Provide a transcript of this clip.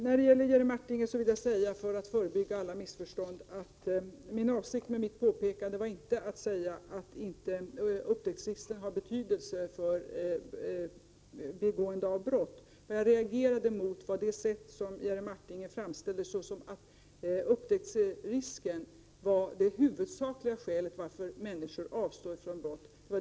För att förebygga alla missförstånd vill jag säga till Jerry Martinger att avsikten med mitt påpekande inte var att säga att upptäcktsrisken inte har betydelse för benägenheten att begå brott. Vad jag reagerade mot var Jerry Martingers sätt att framställa det så att upptäcktsrisken var det huvudsakliga skälet för att människor avstod från brott.